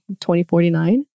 2049